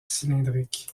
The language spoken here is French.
cylindrique